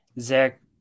Zach